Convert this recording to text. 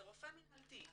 זה רופא מנהלתי,